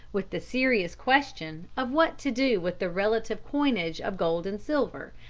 with the serious question of what to do with the relative coinage of gold and silver,